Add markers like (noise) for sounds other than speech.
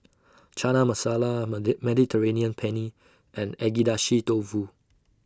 Chana Masala (unintelligible) Mediterranean Penne and Agedashi Dofu